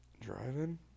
Driving